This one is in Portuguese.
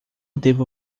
devo